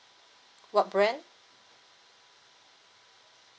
what brand